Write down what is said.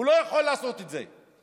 הוא לא יכול לעשות את זה.